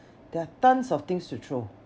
there are tons of things to throw